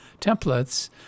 templates